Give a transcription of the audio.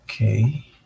Okay